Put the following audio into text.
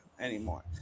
anymore